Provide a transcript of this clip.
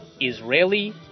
Israeli